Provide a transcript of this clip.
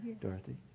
Dorothy